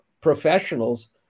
professionals